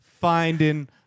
Finding